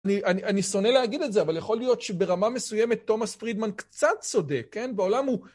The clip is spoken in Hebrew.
אני שונא להגיד את זה, אבל יכול להיות שברמה מסוימת תומאס פרידמן קצת צודק, כן? בעולם הוא...